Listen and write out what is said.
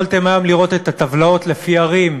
יכולתם היום לראות את הטבלאות לפי ערים,